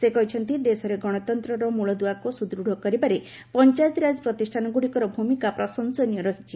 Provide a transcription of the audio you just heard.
ସେ କହିଛନ୍ତି ଦେଶରେ ଗଣତନ୍ତ୍ରର ମୂଳଦୁଆକୁ ସୁଦୃଢ଼ କରିବାରେ ପଞ୍ଚାୟତିରାଜ ପ୍ରତିଷ୍ଠାନଗୁଡ଼ିକର ଭୂମିକା ପ୍ରଶଂସନୀୟ ରହିଛି